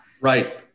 right